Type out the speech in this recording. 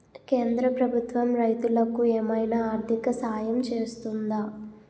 కేంద్ర ప్రభుత్వం రైతులకు ఏమైనా ఆర్థిక సాయం చేస్తుందా?